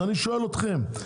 אני שואל אותכם,